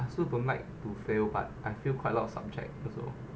I also don't like to fail but I failed quite lot of subjects also